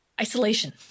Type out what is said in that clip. Isolation